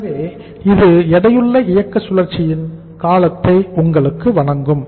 எனவே இது எடையுள்ள இயக்க சுழற்சியின் காலத்தை உங்களுக்கு வழங்கும்